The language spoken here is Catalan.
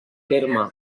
terme